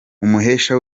umuhesha